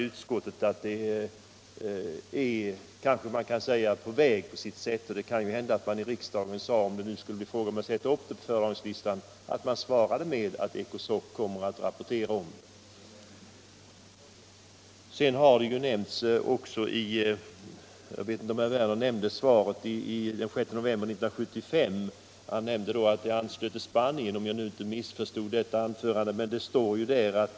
Utskottet anser att frågan därför är på väg. Om det skulle komma en begäran om att frågan skulle sättas upp på föredragningslistan, skulle svaret antagligen bli att ECOSOC kommer att lägga fram en rapport.